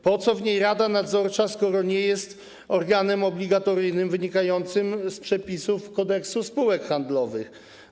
Po co w niej rada nadzorcza, skoro nie jest organem obligatoryjnym wynikającym z przepisów Kodeksu spółek handlowych?